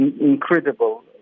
incredible